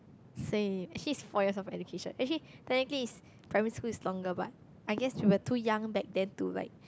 say actually it's four of education and he technically his primary school is longer but I guess we're too young back then to like